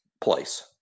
place